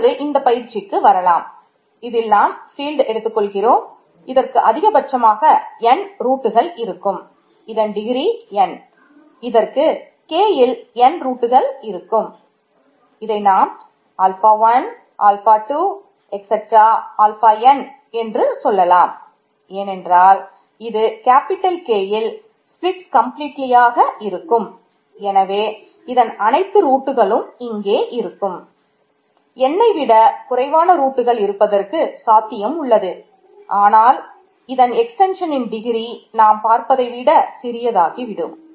இப்பொழுது இந்த பயிற்சிக்கு வரலாம் இதில் நாம் ஃபீல்ட் நாம் பார்ப்பதை விட சிறியதாகி விடும்